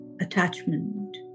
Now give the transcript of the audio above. attachment